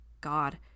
God